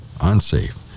Unsafe